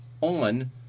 on